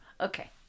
Okay